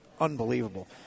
unbelievable